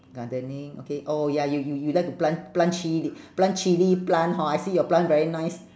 gardening okay oh ya you you you like to plant plant chilli plant chilli plant hor I see your plant very nice